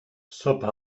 zopa